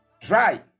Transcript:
try